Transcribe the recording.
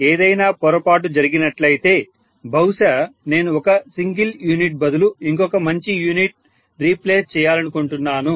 ఒకవేళ ఏదైనా పొరపాటు జరిగినట్లయితే బహుశా నేను ఒక సింగిల్ యూనిట్ బదులు ఇంకొక మంచి యూనిట్ రీప్లేస్ చేయాలనుకుంటున్నాను